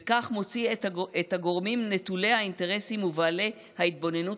וכך מוציא את הגורמים נטולי האינטרסים ובעלי ההתבוננות